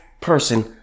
person